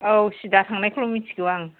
औ सिदा थांनायखौल' मिनथिगौ आं